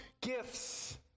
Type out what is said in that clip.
gifts